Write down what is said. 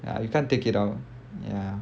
ya you can't take it out ya